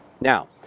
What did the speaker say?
Now